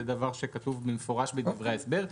זה דבר שכתוב במפורש בדברי ההסבר,